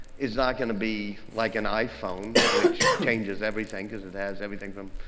it's not going to be like an iphone which changes everything because it has everything from,